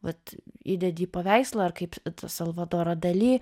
vat įdedi į paveikslą ar kaip salvadorą dali